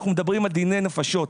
אנחנו מדברים על דיני נפשות.